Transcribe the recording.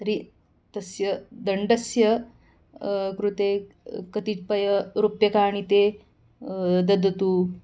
तर्हि तस्य दण्डस्य कृते कतिपयरूप्यकाणि ते ददातु